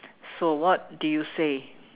so what do you say